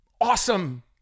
awesome